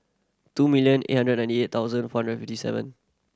two million eight hundred ninety thousand four hundred fifty seven